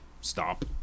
stop